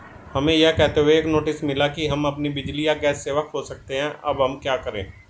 हमें यह कहते हुए एक नोटिस मिला कि हम अपनी बिजली या गैस सेवा खो सकते हैं अब हम क्या करें?